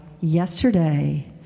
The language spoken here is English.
yesterday